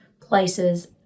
places